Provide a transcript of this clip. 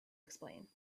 explain